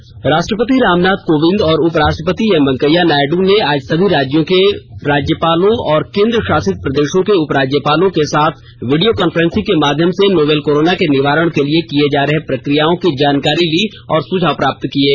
सुझाव राष्ट्रपति रामनाथ कोविंद और उप राष्ट्रपति एमवेंकेया नायड् ने आज सभी राज्यों के राज्यपाल और केंद्र शासित प्रदेषों के उप राज्यपालों के साथ विडियों कॉन्फ्रेसिंग के माध्यम से नोवेल कोरोना के निवारण के लिए किये जा रहे प्रकियाओं की जानकारी ली और सुझाव प्राप्त किये